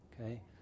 okay